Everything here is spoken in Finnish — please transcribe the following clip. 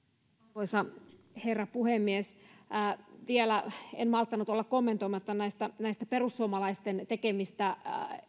arvoisa herra puhemies en malttanut olla kommentoimatta vielä näistä perussuomalaisten tekemistä